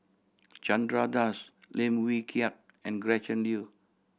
Chandra Das Lim Wee Kiak and Gretchen Liu